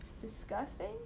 disgusting